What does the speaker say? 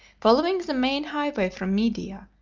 following the main highway from media,